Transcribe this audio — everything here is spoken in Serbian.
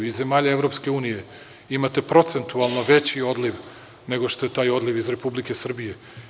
Iz zemalja EU imate procentualno veći odliv nego što je taj odliv iz Republike Srbije.